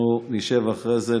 אנחנו נשב אחרי זה,